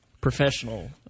professional